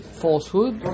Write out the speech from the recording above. falsehood